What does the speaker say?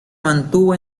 mantuvo